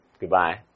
goodbye